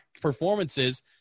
performances